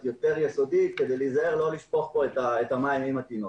יותר יסודי כדי להיזהר לא לשפוך כאן את המים עם התינוק.